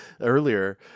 earlier